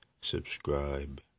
subscribe